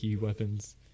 weapons